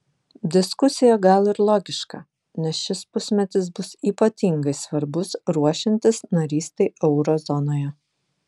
diskusija gal ir logiška nes šis pusmetis bus ypatingai svarbus ruošiantis narystei euro zonoje